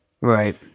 Right